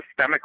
systemically